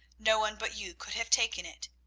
no one but you could have taken it.